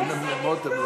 איזה נמנום?